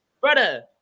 brother